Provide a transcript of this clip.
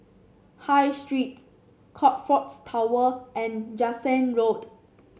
High Street Crockfords Tower and Jansen Road